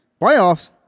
Playoffs